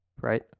right